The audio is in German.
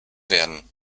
werden